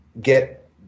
get